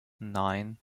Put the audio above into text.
nine